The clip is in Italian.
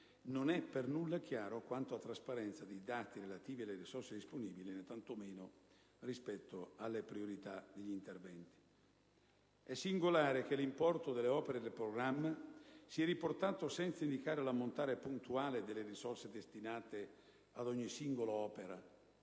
non è per nulla chiaro quanto a trasparenza dei dati relativi alle risorse disponibili, né tanto meno rispetto alle priorità degli interventi. È singolare che l'importo delle opere del programma sia riportato senza indicare l'ammontare puntuale delle risorse destinate ad ogni singola opera